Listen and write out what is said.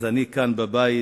אז אני כאן בבית,